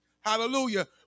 hallelujah